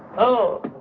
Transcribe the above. oh